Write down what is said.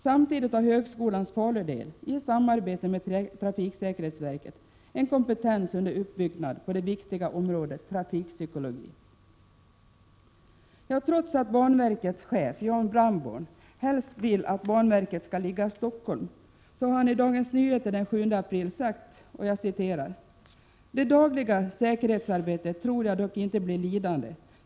Samtidigt har högskolans Faludel i samarbete med trafiksäkerhetsverket en kompetens under uppbyggnad på det viktiga området trafikpsykologi. Trots att banverkets chef Jan Brandborn helst vill att banverket skall ligga i Stockholm, så har han i Dagens Nyheter den 7 april sagt följande: ”Det dagliga säkerhetsarbetet tror jag dock inte blir lidande.